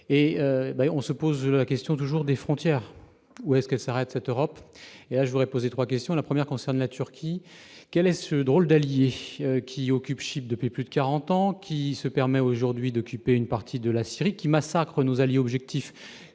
on se pose la question du jour des frontières ou est-ce que s'arrête cette Europe et a je voudrais poser 3 questions : la première concerne la Turquie, quel est ce drôle d'allié qui occupe depuis plus de 40 ans qui se permet aujourd'hui d'occuper une partie de la Syrie qui massacrent nos alliés objectifs